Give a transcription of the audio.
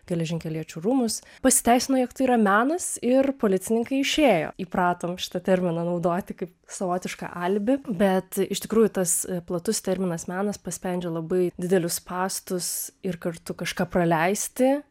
geležinkeliečių rūmus pasiteisino jog tai yra menas ir policininkai išėjo įpratom šitą terminą naudoti kaip savotišką alibi bet iš tikrųjų tas platus terminas menas paspendžia labai didelius spąstus ir kartu kažką praleisti